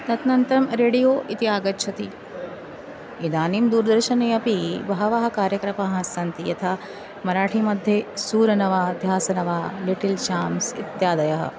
तदनन्तरं रेडियो इति आगच्छति इदानीं दूरदर्शने अपि बहवः कार्यक्रमाः सन्ति यथा मराठी मध्ये सूरन वा ध्यासन वा लिटिल् चाम्स् इत्यादयः